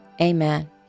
Amen